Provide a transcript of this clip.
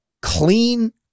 clean